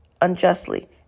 Unjustly